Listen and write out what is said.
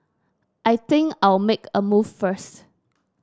I think I'll make a move first